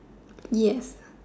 yes